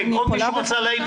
עוד מישהו רצה להעיר